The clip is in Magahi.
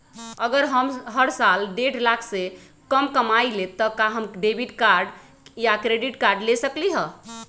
अगर हम हर साल डेढ़ लाख से कम कमावईले त का हम डेबिट कार्ड या क्रेडिट कार्ड ले सकली ह?